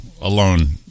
alone